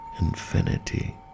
infinity